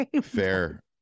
Fair